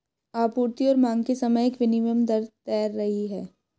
आपूर्ति और मांग के समय एक विनिमय दर तैर रही है